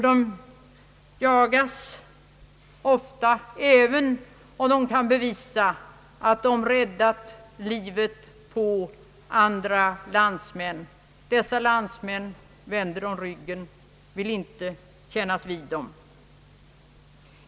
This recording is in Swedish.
Detta ofta även om det kan bevisas att de under krigsåren räddat livet på andra landsmän. Dessa vänder dem nu ryggen, vill inte kännas vid dem.